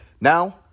Now